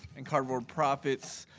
and cardboard profits.